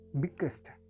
biggest